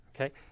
Okay